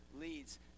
leads